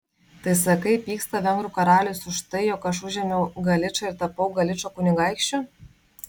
tai sakai pyksta vengrų karalius už tai jog aš užėmiau galičą ir tapau galičo kunigaikščiu